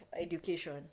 education